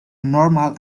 normal